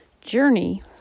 journey